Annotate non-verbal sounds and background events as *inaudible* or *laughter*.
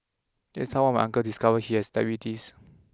*unintelligible* my uncles discovered he has diabetes